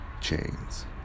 chains